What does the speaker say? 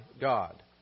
God